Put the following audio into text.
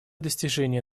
достижения